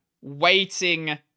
waiting